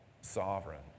sovereign